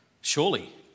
Surely